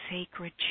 sacred